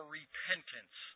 repentance